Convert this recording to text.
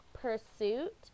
Pursuit